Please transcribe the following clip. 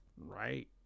Right